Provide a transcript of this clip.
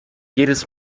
jedes